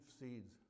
seeds